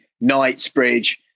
Knightsbridge